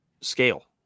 scale